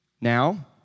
Now